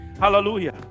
hallelujah